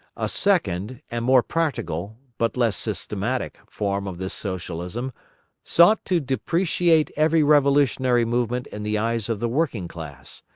a second and more practical, but less systematic, form of this socialism sought to depreciate every revolutionary movement in the eyes of the working class,